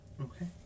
Okay